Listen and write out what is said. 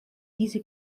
diese